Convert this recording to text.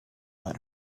let